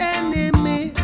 enemy